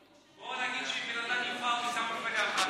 בוא נגיד שאם בן אדם נבחר מטעם מפלגה אחת,